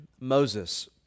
Moses